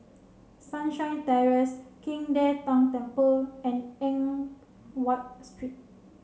Sunshine Terrace King De Tang Temple and Eng Watt Street